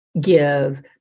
give